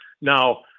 Now